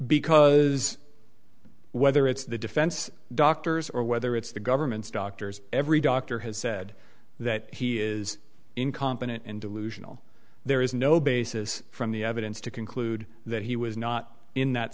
because whether it's the defense doctors or whether it's the government's doctors every doctor has said that he is incompetent and delusional there is no basis from the evidence to conclude that he was not in that